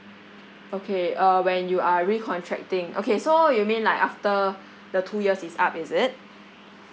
okay uh when you are recontracting okay so you mean like after the two years is up is it